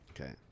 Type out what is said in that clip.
Okay